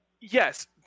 Yes